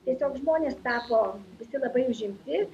tiesiog žmonės tapo visi labai užimti